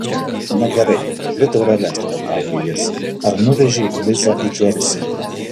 na gerai dvi taureles pasakė jis ar nuvežei lizą į džersį